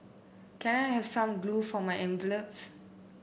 can I have some glue for my envelopes